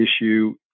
issue